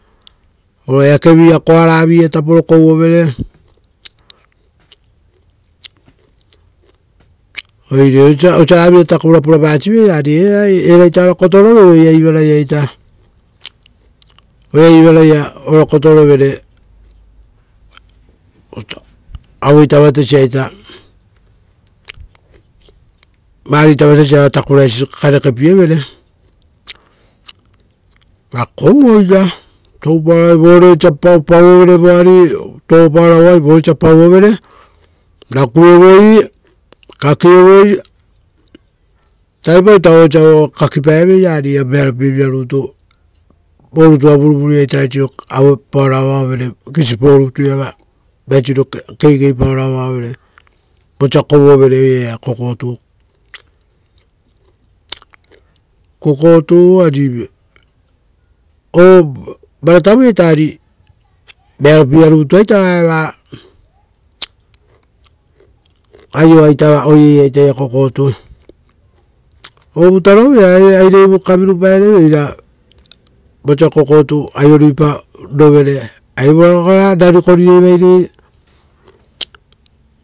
O eake vi-ia koara vi-ia taporo kouovere oire osio osia ragavira takura purapa-siveira ari eraita ora kotorovere oira ivaraia ita, oira ivaia ora kotorevere aueita vatesia, variita vatesia oa takuraisi karekepievere, ra kouoita. Toupaoro avaoi vore osia pauoi voari. Rakuevoi, kakievoi. Tarai pau vo osia kakipaeveira, eari eira vorutuva vuruvuruia vaisoro kakipaoro avaovere gisipo rutu vaisiro keikeipaoro avaoevere vosa kouovere oira eira kokotu. Kokotu, ari o varatavuia eari vearopiearutua va eva aioaita oiraia eira ita kokotu, ovutarovuia eari aire ita kokotu, ovutarovuia eari aireivu kavirupaereveira vosa kokotu aio ruiparovere.